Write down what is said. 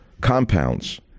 compounds